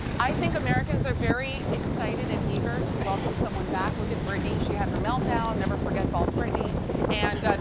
i think americans are very excited and eager to welcome someone back. look at britney. she had her meltdown, never forget bald britney and